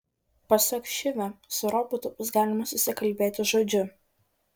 pasak šivio su robotu bus galima susikalbėti žodžiu